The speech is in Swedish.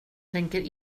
tänker